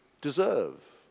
deserve